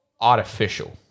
artificial